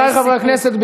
חברי חברי הכנסת,